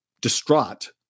distraught